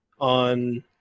on